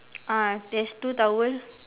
ah there's two towels